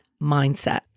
mindset